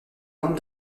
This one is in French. nombre